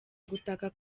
gutaka